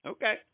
Okay